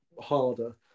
harder